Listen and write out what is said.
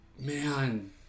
Man